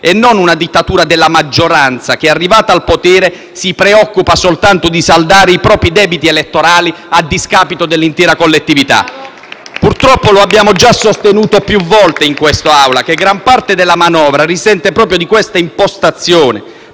non è una dittatura della maggioranza che, arrivata al potere, si preoccupa soltanto di saldare i propri debiti elettorali a discapito dell'intera collettività. *(Applausi dal Gruppo FI-BP)*. Purtroppo abbiamo già sostenuto più volte in quest'Aula che gran parte della manovra risente proprio di questa impostazione,